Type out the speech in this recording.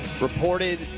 reported